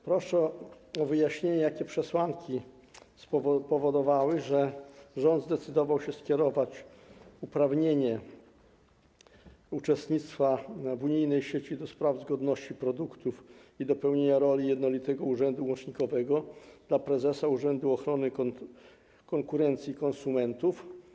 Proszę o wyjaśnienie, jakie przesłanki spowodowały, że rząd zdecydował się skierować uprawnienie uczestnictwa gminy i sieci do spraw zgodności produktów i do pełnienia roli jednolitego urzędu łącznikowego dla prezesa Urzędu Ochrony Konkurencji i Konsumentów.